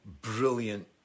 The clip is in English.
brilliant